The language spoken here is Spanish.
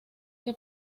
que